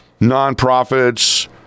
nonprofits